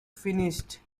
finished